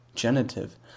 Genitive